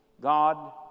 God